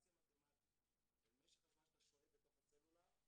קורלציה מתמטית במשך הזמן שאתה שוהה בתוך הסלולר,